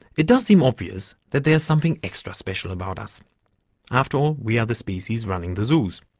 it does seem obvious that there is something extra special about us after all, we are the species running the zoos.